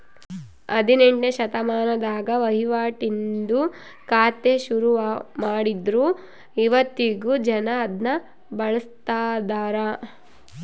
ಹದಿನೆಂಟ್ನೆ ಶತಮಾನದಾಗ ವಹಿವಾಟಿಂದು ಖಾತೆ ಶುರುಮಾಡಿದ್ರು ಇವತ್ತಿಗೂ ಜನ ಅದುನ್ನ ಬಳುಸ್ತದರ